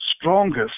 strongest